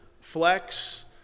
flex